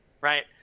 Right